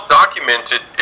documented